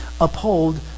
Uphold